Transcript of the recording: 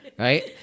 Right